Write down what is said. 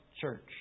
church